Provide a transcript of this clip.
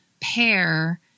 pair